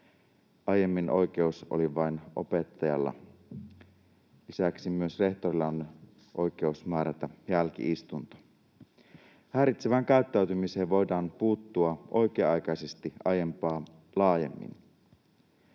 Aiemmin oikeus oli vain opettajalla. Lisäksi myös rehtorilla on oikeus määrätä jälki-istunto. Häiritsevään käyttäytymiseen voidaan puuttua oikea-aikaisesti aiempaa laajemmin.